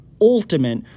ultimate